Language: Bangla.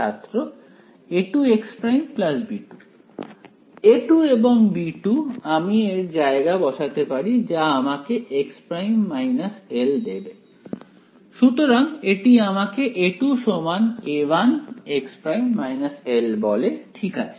ছাত্র A2x′ B2 A2 এবং B2 আমি এর জায়গায় বসাতে পারি যা আমাকে x′ l দেবে সুতরাং এটি আমাকে A2 A1x′ l বলে ঠিক আছে